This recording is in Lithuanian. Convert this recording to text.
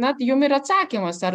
na jum ir atsakymas ar